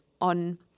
on